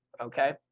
okay